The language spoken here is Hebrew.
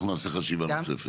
אנחנו נעשה חשיבה נוספת.